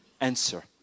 answer